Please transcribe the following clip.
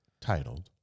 Titled